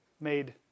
Made